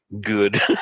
Good